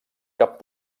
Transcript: cap